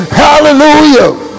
hallelujah